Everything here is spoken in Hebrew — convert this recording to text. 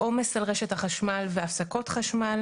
עומס על רשת החשמל והפסקות חשמל.